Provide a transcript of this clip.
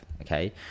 okay